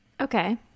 okay